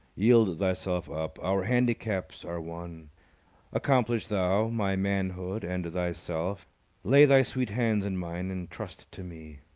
yield thyself up our handicaps are one accomplish thou my manhood and thyself lay thy sweet hands in mine and trust to me.